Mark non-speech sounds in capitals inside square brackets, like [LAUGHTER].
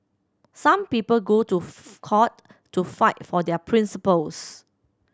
some people go to [UNINTELLIGIBLE] court to fight for their principles